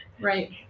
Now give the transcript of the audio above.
Right